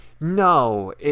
No